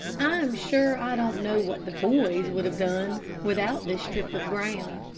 i am sure i don't know what the boys would have done without this strip of ground.